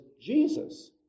Jesus